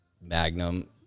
Magnum